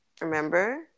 remember